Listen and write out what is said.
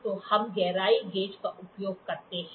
तो हम गहराई गेज का उपयोग करते हैं